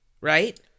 Right